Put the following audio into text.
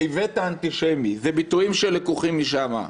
"איווט האנטישמי" אלה ביטויים שלקוחים משם.